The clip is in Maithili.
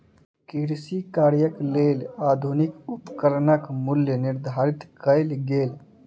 कृषि कार्यक लेल आधुनिक उपकरणक मूल्य निर्धारित कयल गेल